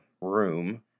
room